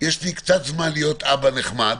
יש לי קת זמן להיות אבא נחמד,